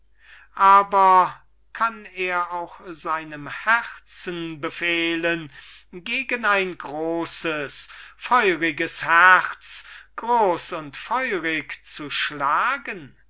hinpuffen aber kann er auch seinem herzen befehlen gegen ein großes feuriges herz groß und feurig zu schlagen